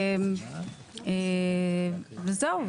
וזהו.